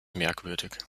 merkwürdig